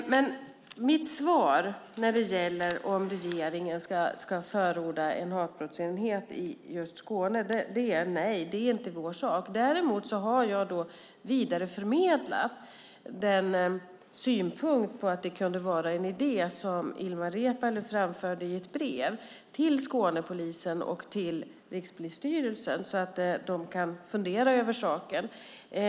Mitt svar på om regeringen ska förorda en hatbrottsenhet i just Skåne är nej. Det är inte vår sak. Däremot har jag till Skånepolisen och till Rikspolisstyrelsen vidareförmedlat Ilmar Reepalus brev med synpunkten att det kunde vara en idé, så att de kan fundera över saken.